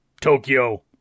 Tokyo